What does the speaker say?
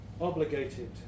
obligated